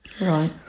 Right